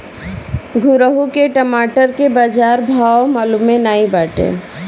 घुरहु के टमाटर कअ बजार भाव मलूमे नाइ बाटे